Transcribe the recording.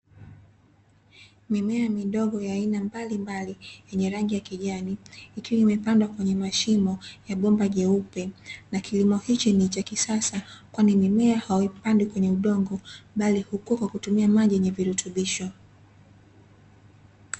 Mimea midogo ya aina mbalimbali yenye rangi ya kijani, ikiwa imepandwa kwenye mashimo ya bomba jeupe, na kilimo hicho ni cha kisasa, kwani mimea hauipandi kwenye udongo, bali hukua kwa kutumia maji yenye virutubisho.